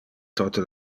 tote